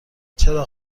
چراغ